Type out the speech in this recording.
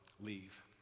leave